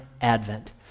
Advent